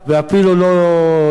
ואפילו לא לחד"ש.